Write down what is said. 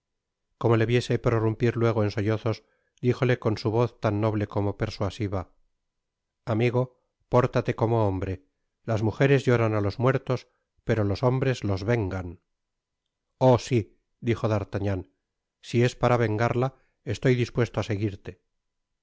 como le viese prorumpir luego en sollozos dijole con su voz tan noble como persuasiva amigo pórtate como hombre las mujeres lloran á los muertos pero los hombres los vengan oh i sí dijo d'artagnan si es para vengarla estoy dispuesto á seguirte